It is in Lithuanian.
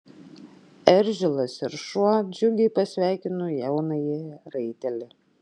eržilas ir šuo džiugiai pasveikino jaunąjį raitelį